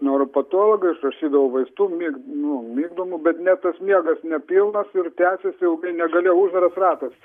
neuropatologą išrašydavo vaistų mig nu migdomų bet ne tas miegas nepilnas ir tęsėsi ilgai negalėjau uždaras ratas